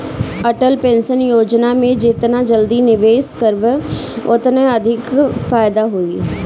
Atal pension योजना में जेतना जल्दी निवेश करबअ ओतने अधिका फायदा होई